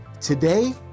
Today